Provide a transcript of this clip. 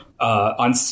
on